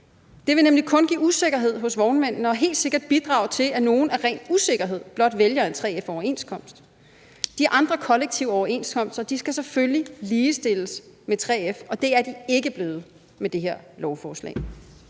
Det vil nemlig kun give usikkerhed hos vognmændene og helt sikkert bidrage til, at nogle af ren usikkerhed blot vælger en 3F-overenskomst. De andre kollektive overenskomster skal selvfølgelig ligestilles med 3F, og det er de ikke blevet med det her lovforslag.